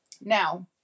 Now